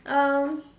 um